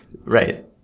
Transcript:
right